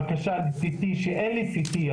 בקשה ל-CT אין ליCT..